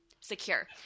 secure